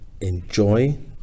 enjoy